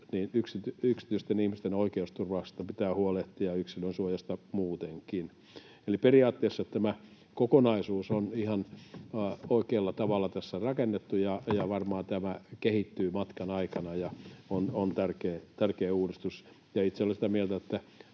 yksityisten ihmisten oikeusturvasta pitää huolehtia, yksilönsuojasta muutenkin. Periaatteessa tämä kokonaisuus on ihan oikealla tavalla tässä rakennettu, ja varmaan tämä kehittyy matkan aikana ja on tärkeä uudistus. Itse olen sitä mieltä, että